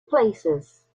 places